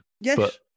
Yes